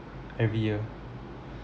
every year